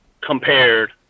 compared